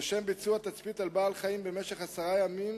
לשם ביצוע תצפית על בעלי-חיים במשך עשרה ימים,